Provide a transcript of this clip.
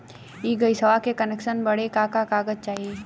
इ गइसवा के कनेक्सन बड़े का का कागज चाही?